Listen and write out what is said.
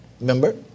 remember